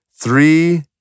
three